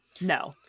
no